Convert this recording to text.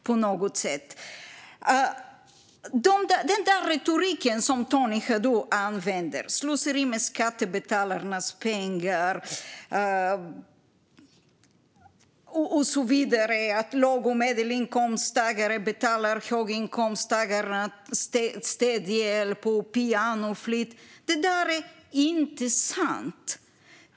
När det gäller den retorik som Tony Haddou använder, att det är slöseri med skattebetalarnas pengar och så vidare och att låg och medelinkomsttagare betalar höginkomsttagarnas städhjälp och pianoflytt, är det helt enkelt inte sant.